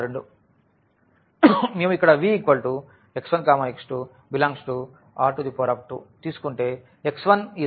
ఉదాహరణ 2 మేము ఇక్కడ V x1 x2R2తీసుకుంటేx1≥0x2≥0